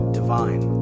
Divine